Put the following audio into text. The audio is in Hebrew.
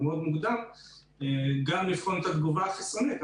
עוד מאוד מוקדם לבחון את התגובה החיסונית,